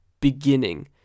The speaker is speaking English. beginning